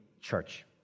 church